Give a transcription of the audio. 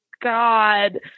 God